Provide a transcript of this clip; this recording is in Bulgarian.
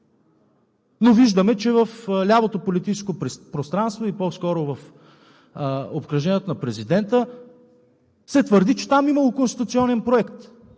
Но виждаме, че в лявото политическо пространство и по-скоро в обкръжението на президента се твърди, че там имало конституционен проект